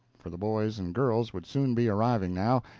for the boys and girls would soon be arriving now,